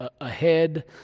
ahead